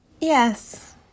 Yes